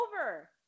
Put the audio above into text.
over